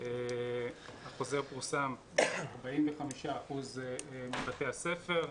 החוזר פורסם ב-45% מבתי הספר,